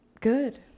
good